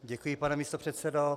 Děkuji, pane místopředsedo.